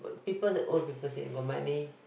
people the old people say got my name